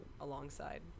alongside